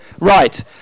Right